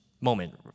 moment